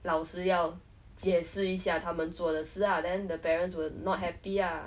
老师要解释一下他们做的事啊 then the parents were not happy ah